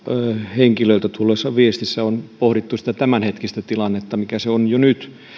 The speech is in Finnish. henkilöiltä tulleissa viesteissä on pohdittu sitä tämänhetkistä tilannetta mikä se on jo nyt